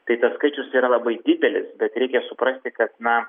tai tas skaičius yra labai didelis bet reikia suprasti kad na